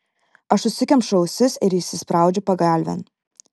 aš užsikemšu ausis ir įsispraudžiu pagalvėn